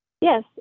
Yes